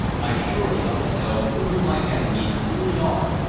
i surely ought to know who my enemies really are,